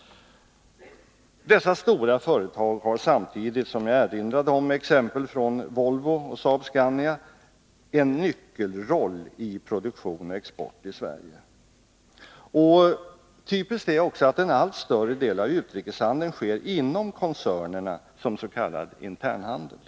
Dessa stora företag har samtidigt — som jag erinrade om i mina exempel från Volvo och Saab-Scania — en nyckelroll i produktion i och export från Sverige. Typiskt är också att en allt större del av utrikeshandeln sker inom koncernerna som s.k. internhandel.